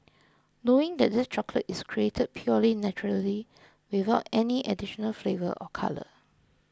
knowing that this chocolate is created purely naturally without any additional flavour or colour